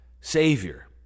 Savior